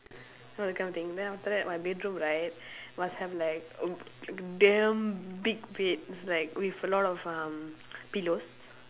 know that kind of thing then after that my bedroom right must have like a damn big bed it's like with a lot of um pillows